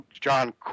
John